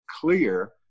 clear